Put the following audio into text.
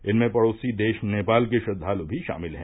इनमें पड़ोसी देश नेपाल के श्रद्वाल् भी शामिल हैं